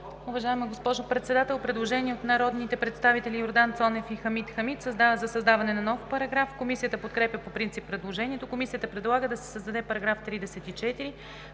уважаема госпожо Председател. Предложение на народните представители Йордан Цонев и Хамид Хамид за създаване на нов параграф. Комисията подкрепя по принцип предложението. Комисията предлага да се създаде § 34: „§ 34.